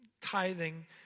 Tithing